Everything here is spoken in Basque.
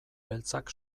beltzak